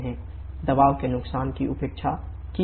दबाव के नुकसान की उपेक्षा की जाती है